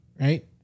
Right